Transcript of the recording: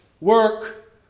work